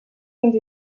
fins